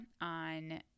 on